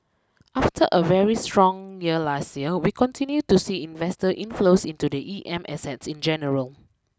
after a very strong year last year we continue to see investor inflows into the E M assets in general